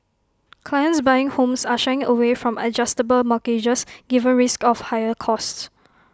clients buying homes are shying away from adjustable mortgages given risks of higher costs